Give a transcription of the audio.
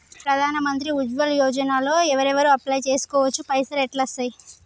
ప్రధాన మంత్రి ఉజ్వల్ యోజన లో ఎవరెవరు అప్లయ్ చేస్కోవచ్చు? పైసల్ ఎట్లస్తయి?